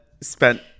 spent